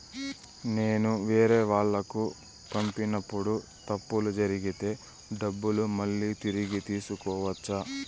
నేను వేరేవాళ్లకు పంపినప్పుడు తప్పులు జరిగితే డబ్బులు మళ్ళీ తిరిగి తీసుకోవచ్చా?